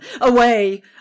away